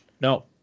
no